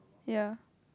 ya